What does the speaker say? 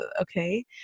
okay